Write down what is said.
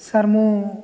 sir ମୁଁ